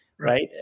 right